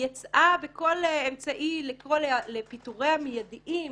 יצאה בכל אמצעי לקרוא לפיטוריה המידיים.